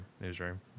newsroom